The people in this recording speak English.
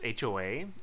HOA